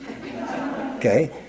Okay